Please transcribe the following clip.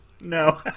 No